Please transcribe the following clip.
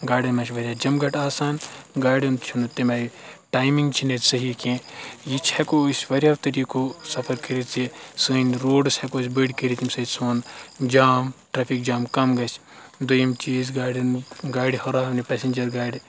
گاڑٮ۪ن منٛز چھِ واریاہ جمگٹ آسان گاڑٮ۪ن چھُنہٕ تمہِ آیہِ ٹایمِنٛگ چھِنہٕ ییٚتہِ صحیح کینٛہہ یہِ چھِ ہٮ۪کو أسۍ واریاہو طٔریٖقو سَفَر کٔرِتھ زِ سٲنۍ روڈٕس ہٮ۪کو أسۍ بٔڑۍ کٔرِتھ ییٚمہِ سۭتۍ سون جام ٹرٛیفِک جام کَم گژھِ دوٚیِم چیٖز گاڑٮ۪ن گاڑِ ہُراونہِ پیٚسَنجَر گاڑِ